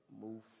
move